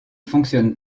fonctionne